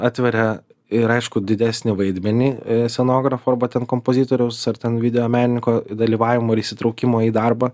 atveria ir aišku didesnį vaidmenį scenografo arba ten kompozitoriaus ar ten videomenininko dalyvavimo ir įsitraukimo į darbą